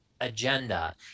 agenda